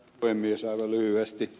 aivan lyhyesti